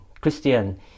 Christian